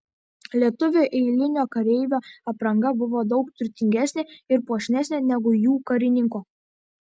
lietuvio eilinio kareivio apranga buvo daug turtingesnė ir puošnesnė negu jų karininko